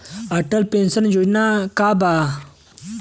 Atal pension Yojana का बा?